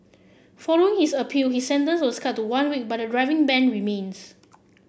following his appeal his sentence was cut to one week but the driving ban remains